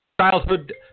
childhood